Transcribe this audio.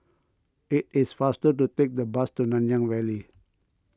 it is faster to take the bus to Nanyang Valley